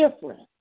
different